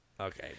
Okay